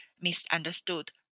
misunderstood